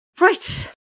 Right